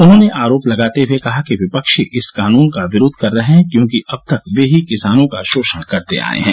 उन्होंने आरोप लगाते हुए कहा कि विपक्षी इस कानून का विरोध कर रहे हैं क्योंकि अब तक वे ही किसानों का शोषण करते आए हैं